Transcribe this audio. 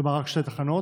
כלומר רק שתי תחנות,